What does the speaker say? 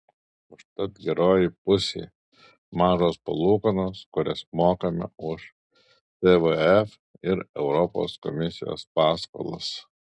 užtat geroji pusė mažos palūkanos kurias mokame už tvf ir europos komisijos paskolas